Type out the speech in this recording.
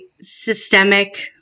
systemic